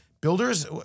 builders